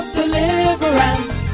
deliverance